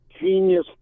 genius